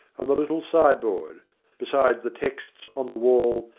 and the little sideboard besides the texts on the wall,